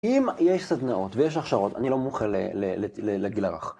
אם יש סדנאות ויש הכשרות, אני לא מומחה לגיל הרך.